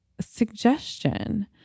suggestion